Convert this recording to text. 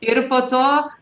ir po to